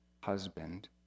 husband